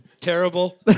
Terrible